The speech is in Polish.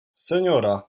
seniora